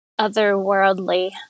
otherworldly